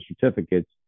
certificates